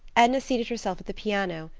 edna seated herself at the piano,